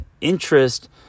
interest